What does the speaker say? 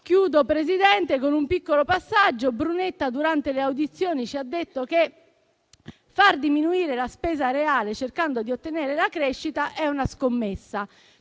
concludo con un piccolo passaggio. Brunetta durante le audizioni ci ha detto che far diminuire la spesa reale, cercando di ottenere la crescita, è una scommessa.